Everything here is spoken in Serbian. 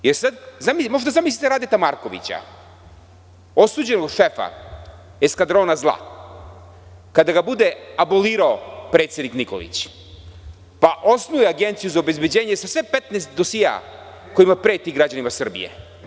Možete li da zamislite Radeta Markovića, osuđenog šefa eskadrona zla, kada ga bude ebolirao predsednik Nikolić, pa osnuje agenciju za obezbeđenje sa sve 15 dosijea kojima preti građanima Srbije?